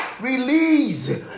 Release